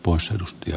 osa edustaja